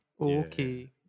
okay